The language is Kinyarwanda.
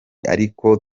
ariko